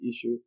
issue